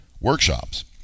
workshops